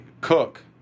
cook